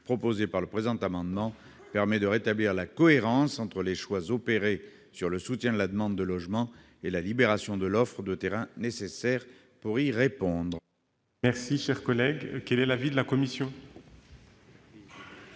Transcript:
proposé par le présent amendement, permet de rétablir la cohérence entre les choix opérés s'agissant du soutien de la demande de logement et de la libération de l'offre de terrains nécessaire pour y répondre. Quel est l'avis de la commission ?